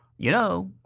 you know,